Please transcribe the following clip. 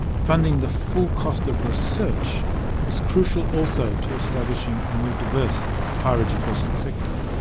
funding the full cost of research is crucial also to establishing a more diverse higher education sector.